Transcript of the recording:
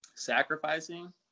sacrificing